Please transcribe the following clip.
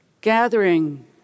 gathering